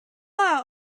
are